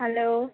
hello